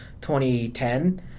2010